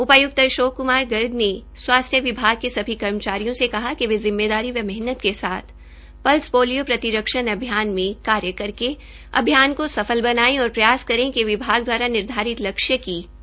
उपायुक्त अशोक कुमार गर्ग ने स्वास्थ्य विभाग के सभी कर्मचारियों से कहा कि वे जिम्मेदारी व मेहनत के साथ पल्स पोलियो प्रतिरक्षण अभियान में कार्य करके अभियान को सफल बनाये और प्रयास करें कि विभाग दवारा निर्धारित लक्ष्य की शत प्रतिशत प्राप्ति हो